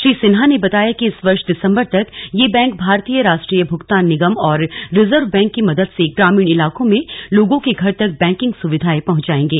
श्री सिन्हा ने बताया कि इस वर्ष दिसंबर तक ये बैंक भारतीय राष्ट्रीय भूगतान निगम और रिजर्व बैंक की मदद से ग्रामीण इलाकों में लोगों के घर तक बैंकिंग सुविधाए पहुचाएगे